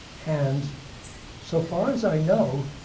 and so far as i know,